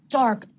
dark